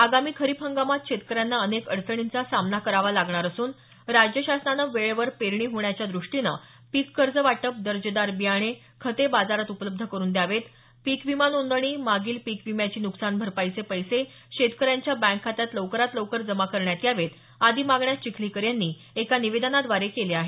आगामी खरीप हंगामात शेतकऱ्यांना अनेक अडचणींचा सामना करावा लागणार असून राज्य शासनाने वेळेवर पेरणी होण्याच्या द्रष्टीनं पिक कर्ज वाटप दर्जेदार बियाणे खते बाजारात उपलब्ध करून द्यावेत पिक विमा नोंदणी मागील पिक विम्याची नुकसान भरपाईचे पैसे शेतकऱ्यांच्या बँक खात्यात लवकरात लवकर जमा करण्यात यावेत आदी मागण्या चिखलीकर यांनी एका निवेदनाद्वारे केल्या आहेत